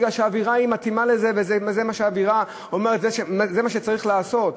מפני שהאווירה מתאימה לזה וזה מה שהאווירה אומרת שצריך לעשות.